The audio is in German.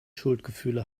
schuldgefühle